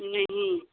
नहीं